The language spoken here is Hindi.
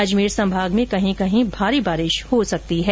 अजमेर संभाग में कहीं कहीं भारी बारिश हो सकती है